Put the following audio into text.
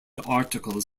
articles